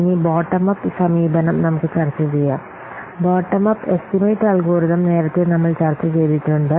ഇനി bottom up സമീപനം നമുക്ക് ചർച്ച ചെയ്യാം ബോട്ടം അപ് എസ്റ്റിമേറ്റ് അൽഗോരിതം നേരത്തെ നമ്മൾ ചർച്ച ചെയ്തിട്ടുണ്ട്